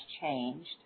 changed